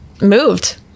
moved